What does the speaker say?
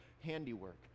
handiwork